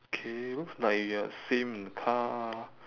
okay looks like we are same in the car